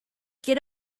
get